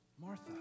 Martha